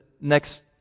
next